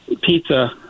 pizza